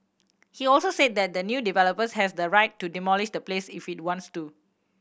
he also said that the new developer has the right to demolish the place if it wants to